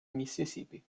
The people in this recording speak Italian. mississippi